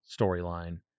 storyline